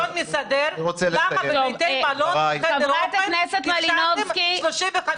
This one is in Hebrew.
למה בבתי מלון בחדר האוכל הסכמתם ל-35%?